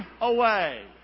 away